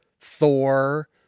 Thor